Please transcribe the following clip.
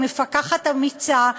היא מפקחת אמיצה.